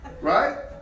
Right